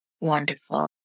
wonderful